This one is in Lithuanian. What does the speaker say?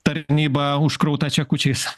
tarnyba užkrauta čekučiais